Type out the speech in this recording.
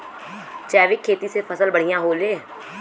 जैविक खेती से फसल बढ़िया होले